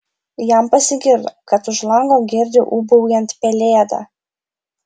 jam pasigirdo kad už lango girdi ūbaujant pelėdą